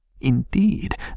Indeed